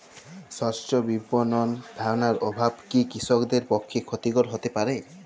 স্বচ্ছ বিপণন ধারণার অভাব কি কৃষকদের পক্ষে ক্ষতিকর হতে পারে?